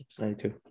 92